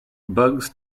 bugs